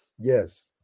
Yes